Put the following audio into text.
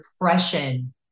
depression